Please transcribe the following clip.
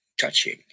touching